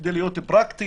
כדי להיות פרקטיים.